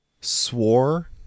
swore